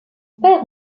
père